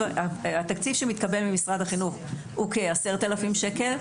התקציב שמתקבל ממשרד החינוך הוא כ-10,000 שקל.